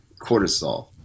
cortisol